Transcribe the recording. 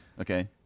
Okay